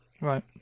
right